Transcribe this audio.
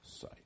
sight